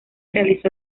realizó